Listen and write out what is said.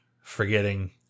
Forgetting